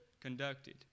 conducted